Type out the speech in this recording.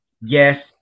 Yes